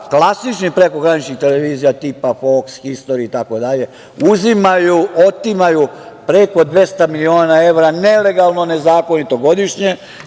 klasičnih prekograničnih televizija, tipa FOKS, HISTORI, itd, uzimaju i otimaju preko 200 miliona evra, nelegalno i nezakonito godišnje,